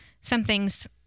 something's